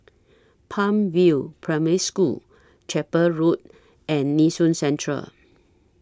Palm View Primary School Chapel Road and Nee Soon Central